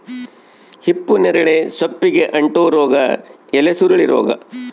ಹಿಪ್ಪುನೇರಳೆ ಸೊಪ್ಪಿಗೆ ಅಂಟೋ ರೋಗ ಎಲೆಸುರುಳಿ ರೋಗ